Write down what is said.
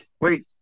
Wait